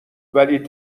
ولی